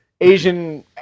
Asian